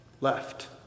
left